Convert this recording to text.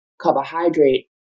carbohydrate